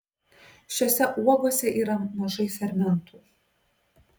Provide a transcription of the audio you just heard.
šiose uogose yra mažai fermentų